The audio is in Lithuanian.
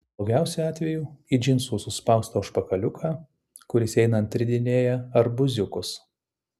blogiausiu atveju į džinsų suspaustą užpakaliuką kuris einant ridinėja arbūziukus